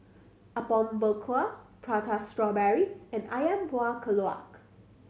Apom Berkuah Prata Strawberry and Ayam Buah Keluak